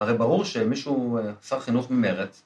‫הרי ברור שמישהו עשה חינוך ממרץ